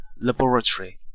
Laboratory